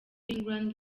england